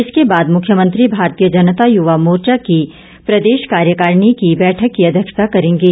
इसके बाद मुख्यमंत्री भारतीय जनता युवा मोर्चा की प्रदेश कार्यकारिणी की बैठक की अध्यक्षता करेंगे